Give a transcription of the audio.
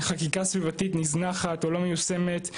חקיקה סביבתית נזנחת או לא מיושמת,